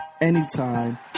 anytime